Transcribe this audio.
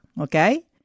Okay